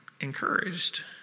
encouraged